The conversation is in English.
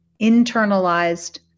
internalized